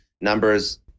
numbers